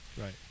Right